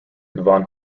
van